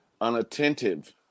Unattentive